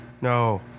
No